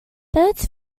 birds